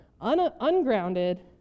Ungrounded